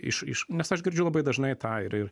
iš iš nes aš girdžiu labai dažnai tą ir ir